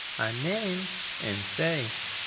a name and save.